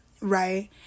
right